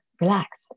relax